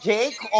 Jake